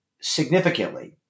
significantly